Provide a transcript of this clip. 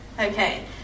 Okay